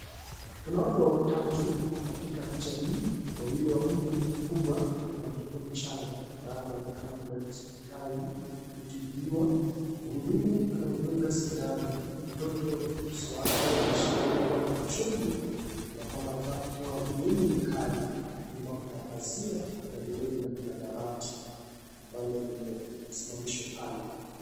Kuna watu watatu katika picha hii, wawili wakiwa wa umri mkubwa na mtoto mchanga ambaye anaonekana kuletwa hospitali kutibiwa. Mhudumu anamdunga sindano huku mtoto uso wake unaashiria kuwa na uchungu kana kwamba anataka kutoa ulimi mkali. Nyuma kuna pazia na vilevile kuna dawati ambalo limesimamishwa pale